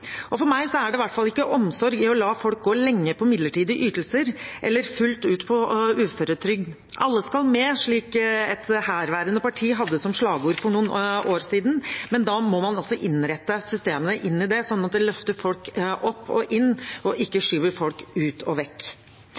For meg er det i hvert fall ikke omsorg i å la folk gå lenge på midlertidige ytelser eller fullt ut på uføretrygd. Alle skal med, slik et herværende parti hadde som slagord for noen år siden, men da må man også innrette systemene slik at det løfter folk opp og inn og ikke skyver folk ut og vekk.